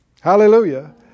Hallelujah